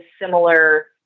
similar